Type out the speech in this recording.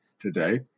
today